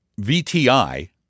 VTI